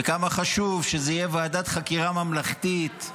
וכמה חשוב שזאת תהיה ועדת חקירה ממלכתית,